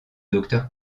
docteur